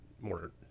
more